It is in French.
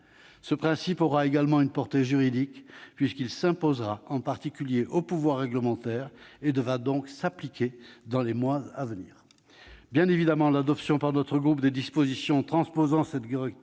Ce principe aura également une portée juridique, puisqu'il s'imposera en particulier au pouvoir réglementaire et devra donc s'appliquer dans les mois à venir. L'adoption par notre groupe de dispositions transposant cette directive